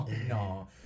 no